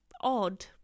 odd